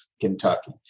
Kentucky